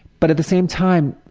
but at the same time,